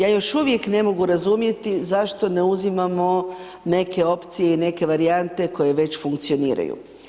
Ja još uvijek ne mogu razumjeti zašto ne uzimamo neke opcije i neke varijante koje već funkcioniraju.